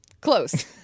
Close